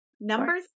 Number